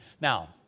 Now